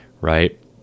right